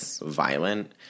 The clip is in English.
violent